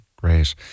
great